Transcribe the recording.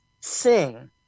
sing